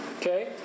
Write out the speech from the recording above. Okay